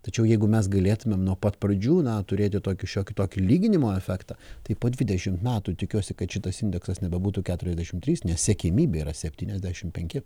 tačiau jeigu mes galėtumėm nuo pat pradžių na turėti tokį šiokį tokį lyginimo efektą tai po dvidešimt metų tikiuosi kad šitas indeksas nebebūtų keturiasdešimt trys nes siekiamybė yra septyniasdešimt penki